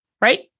right